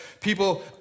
people